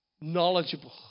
knowledgeable